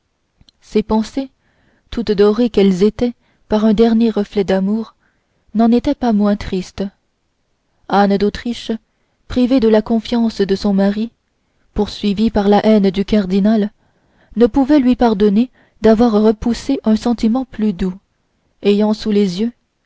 ces pensées toutes dorées qu'elles étaient par un dernier reflet d'amour n'en étaient pas moins tristes anne d'autriche privée de la confiance de son mari poursuivie par la haine du cardinal qui ne pouvait lui pardonner d'avoir repoussé un sentiment plus doux ayant sous les yeux